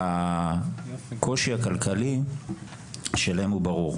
הקושי הכלכלי שלהם הוא ברור,